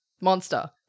monster